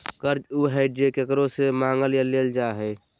कर्ज उ हइ जे केकरो से मांगल या लेल जा हइ